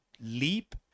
leap